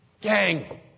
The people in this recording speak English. Gang